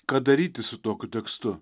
ką daryti su tokiu tekstu